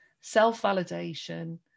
self-validation